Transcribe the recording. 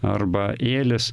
arba ėlis